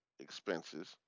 expenses